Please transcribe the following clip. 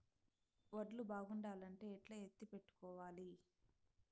వడ్లు బాగుండాలంటే ఎట్లా ఎత్తిపెట్టుకోవాలి?